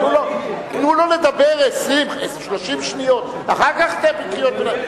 תנו לו לדבר 20 30 שניות, אחר כך קריאות ביניים.